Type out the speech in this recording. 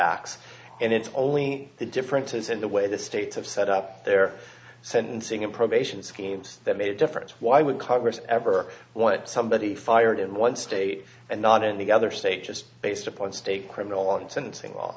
x and it's only the differences in the way the states have set up their sentencing and probation schemes that made a difference why would congress ever want somebody fired in one state and not in any other state just based upon state criminal law and sentencing